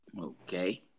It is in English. Okay